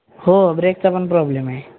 हो ब्रेकचा पण प्रॉब्लेम आहे